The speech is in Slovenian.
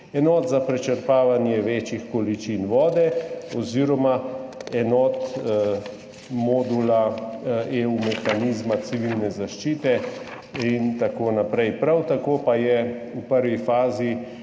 enot za prečrpavanje večjih količin vode oziroma enot modula EU mehanizma civilne zaščite in tako naprej. Prav tako pa je v prvi fazi